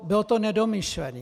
Bylo to nedomyšlené.